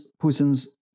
Putin's